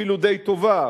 אפילו די טובה,